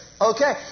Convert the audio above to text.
Okay